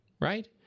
Right